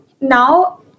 now